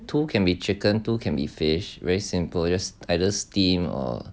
two can be chicken two can be fish very simple just either steam or